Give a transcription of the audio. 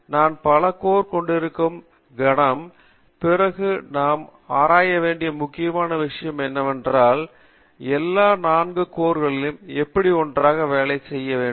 நான் பல கோர் கொண்டிருக்கும் கணம் பிறகு நாம் ஆராய வேண்டிய முக்கியமான விஷயம் என்னவென்றால் எல்லா 4 கோர்களை எப்படி ஒன்றாக வேலை செய்ய வேண்டும்